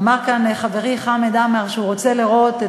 אמר כאן חברי חמד עמאר שהוא רוצה לראות את